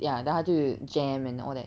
ya then 它就 jam and all that